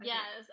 Yes